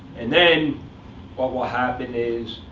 and then what will happen is,